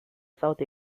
south